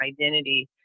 identity